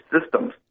systems